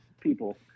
people